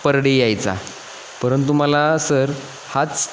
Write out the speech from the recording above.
पर day यायचा परंतु मला सर हाच